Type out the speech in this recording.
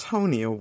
Tony